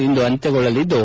ಇಂದು ಅಂತ್ಯಗೊಳ್ಳಲಿದ್ದು